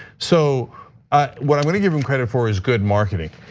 so ah what i'm gonna give him credit for is good marketing,